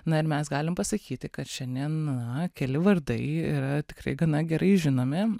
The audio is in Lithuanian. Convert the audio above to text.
na ir mes galim pasakyti kad šiandien na keli vardai yra tikrai gana gerai žinomi